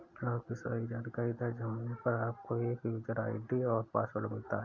आपकी सारी जानकारी दर्ज होने पर, आपको एक यूजर आई.डी और पासवर्ड मिलता है